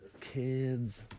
Kids